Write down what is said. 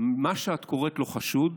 מה שאת קוראת לו חשוד